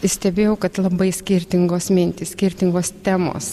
stebėjau kad labai skirtingos mintys skirtingos temos